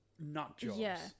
nutjobs